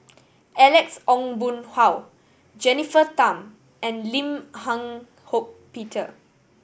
Alex Ong Boon Hau Jennifer Tham and Lim Eng Hock Peter